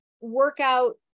workout